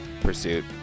pursuit